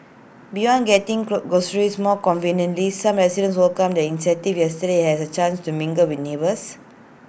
beyond getting glow groceries more conveniently some residents welcomed the initiative yesterday as A chance to mingle with neighbours